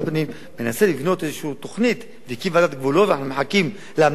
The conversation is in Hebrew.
מנסים לבנות איזו תוכנית והקימו ועדת גבולות ואנחנו מחכים להמלצה שלה,